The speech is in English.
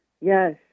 Yes